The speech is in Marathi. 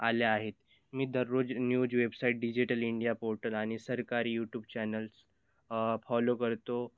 आल्या आहेत मी दररोज news website digital India portal आणि सरकारी यूट्यूब चॅनल्स फॉलो करतो